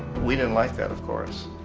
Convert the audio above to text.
we didn't like that of course.